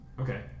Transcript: Okay